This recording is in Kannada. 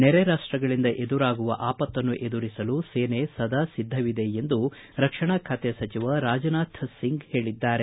ನೆರೆ ರಾಷ್ಷಗಳಿಂದ ಎದುರಾಗುವ ಆಪತ್ತನ್ನು ಎದುರಿಸಲು ಸೇನೆ ಸದಾ ಸಿದ್ಧವಿದೆ ಎಂದು ರಕ್ಷಣಾ ಖಾತೆ ಸಚಿವ ರಾಜನಾಥ ಸಿಂಗ್ ಹೇಳಿದ್ದಾರೆ